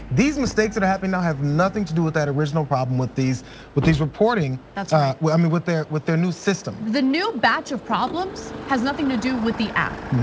these mistakes that are happening now have nothing to do with that original problem with these but these reporting. that's ah right. i mean with their with their new system. the new batch of problems has nothing to do with the app,